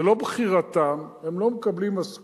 זה לא בחירתם, הם לא מקבלים משכורת,